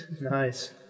Nice